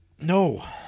No